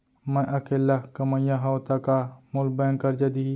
मैं अकेल्ला कमईया हव त का मोल बैंक करजा दिही?